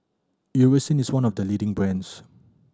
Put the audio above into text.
Eucerin is one of the leading brands